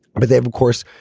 but they have, of course,